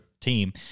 team